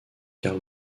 karl